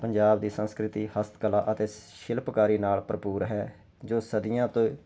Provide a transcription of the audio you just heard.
ਪੰਜਾਬ ਦੀ ਸੰਸਕ੍ਰਿਤੀ ਹਸਤ ਕਲਾ ਅਤੇ ਸ਼ਿਲਪਕਾਰੀ ਨਾਲ ਭਰਪੂਰ ਹੈ ਜੋ ਸਦੀਆਂ ਤੋਂ